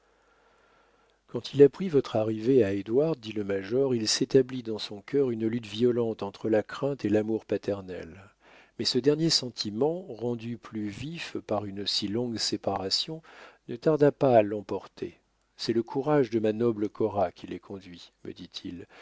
quand il apprit votre arrivée à édouard dit le major il s'établit dans son cœur une lutte violente entre la crainte et l'amour paternel mais ce dernier sentiment rendu plus vif par une si longue séparation ne tarda pas à l'emporter c'est le courage de ma noble cora qui les conduit me dit-il